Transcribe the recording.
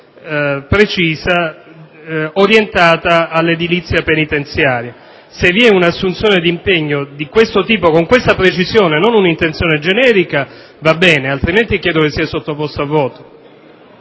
precisa orientata all'edilizia penitenziaria. Se vi è un'assunzione d'impegno di questo tipo, con questa precisione, e non un'intenzione generica, va bene, nel caso contrario chiedo sia sottoposto a voto.